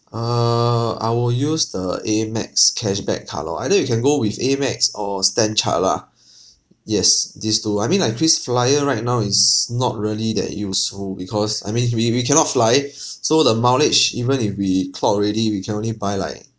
err I will use the AMEX cashback card lor either you can go with AMEX or stanchart lah yes these two I mean like krisflyer right now is not really that useful because I mean we we cannot fly so the mileage even if we clock already we can only buy like